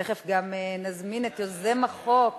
ותיכף גם נזמין את יוזם החוק